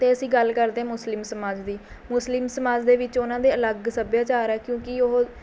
ਅਤੇ ਅਸੀਂ ਗੱਲ ਕਰਦੇ ਹੈ ਮੁਸਲਿਮ ਸਮਾਜ ਦੀ ਮੁਸਲਿਮ ਸਮਾਜ ਦੇ ਵਿੱਚ ਉਹਨਾਂ ਦੇ ਅਲੱਗ ਸੱਭਿਆਚਾਰ ਹੈ ਕਿਉਂਕਿ ਉਹ